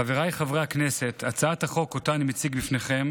חבריי חברי הכנסת, הצעת החוק שאני מציג לפניכם